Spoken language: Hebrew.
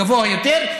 גבוה יותר,